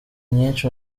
nyinshi